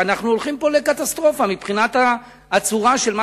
שאנחנו הולכים פה לקטסטרופה מבחינת הצורה של מה